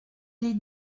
les